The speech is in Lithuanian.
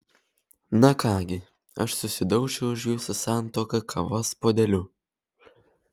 na ką gi aš susidaušiu už jūsų santuoką kavos puodeliu